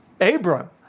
Abram